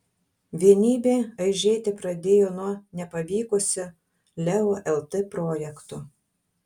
vienybė aižėti pradėjo nuo nepavykusio leo lt projekto